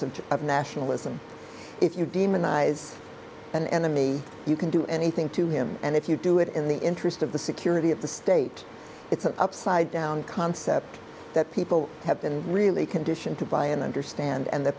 traditions of nationalism if you demonize an enemy you can do anything to him and if you do it in the interest of the security of the state it's an upside down concept that people have been really conditioned to buy and understand and th